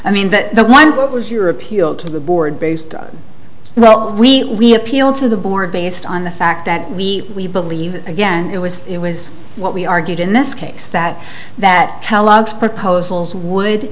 i mean that one what was your appeal to the board based on well we appealed to the board based on the fact that we we believe again it was it was what we argued in this case that that kellogg's proposals would